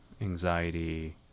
anxiety